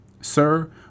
Sir